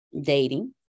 dating